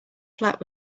flat